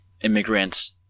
Immigrants